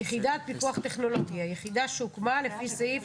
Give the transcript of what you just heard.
"יחידת פיקוח טכנולוגי" היחידה שהוקמה לפי סעיף